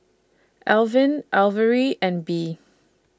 Alvin Averi and Bea